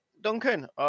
Duncan